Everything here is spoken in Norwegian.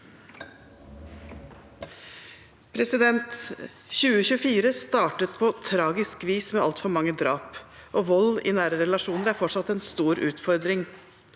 «2024 startet på tragisk vis med altfor mange drap, og vold i nære relasjoner er fortsatt en stor utfordring.